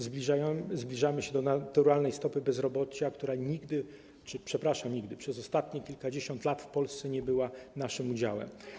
Zbliżamy się do naturalnej stopy bezrobocia, która nigdy, przepraszam, przez ostatnie kilkadziesiąt lat w Polsce nie była naszym udziałem.